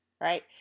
right